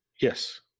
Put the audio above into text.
Yes